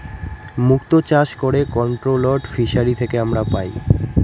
মুক্ত চাষ করে কন্ট্রোলড ফিসারী থেকে আমরা পাই